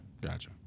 gotcha